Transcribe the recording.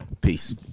Peace